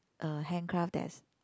uh handcraft that's